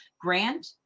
Grant